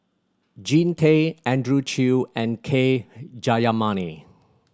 Jean Tay Andrew Chew and K Jayamani